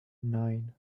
nine